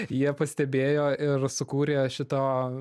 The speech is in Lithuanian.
jie pastebėjo ir sukūrė šito